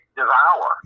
devour